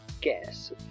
guess